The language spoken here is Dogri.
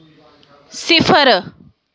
सिफर